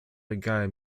reggae